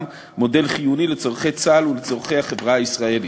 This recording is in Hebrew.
מודל חיוני לצורכי צה"ל ולצורכי החברה הישראלית.